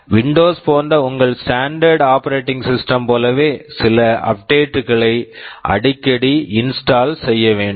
Windows Windows போன்ற உங்கள் standard standard operating systems operating systems போலவே சில அப்டேட் update களை அடிக்கடி இன்ஸ்டால் install செய்ய வேண்டும்